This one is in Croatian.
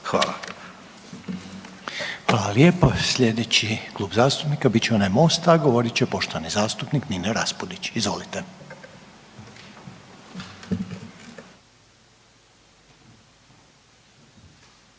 (HDZ)** Hvala lijepo. Sljedeći klub zastupnika biti će onaj Mosta, a govorit će poštovani zastupnik Nino Raspudić. Izvolite.